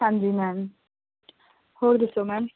ਹਾਂਜੀ ਮੈਮ ਹੋਰ ਦੱਸੋ ਮੈਮ